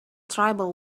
tribal